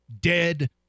dead